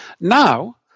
Now